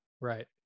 right